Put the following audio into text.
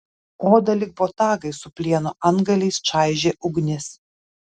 odą lyg botagai su plieno antgaliais čaižė ugnis